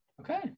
Okay